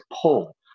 pull